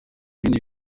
ibindi